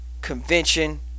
Convention